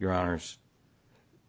your honour's